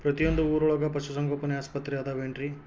ಪ್ರತಿಯೊಂದು ಊರೊಳಗೆ ಪಶುಸಂಗೋಪನೆ ಆಸ್ಪತ್ರೆ ಅದವೇನ್ರಿ?